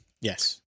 yes